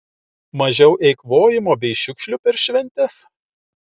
mažiau eikvojimo bei šiukšlių per šventes